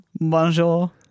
bonjour